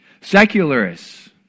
Secularists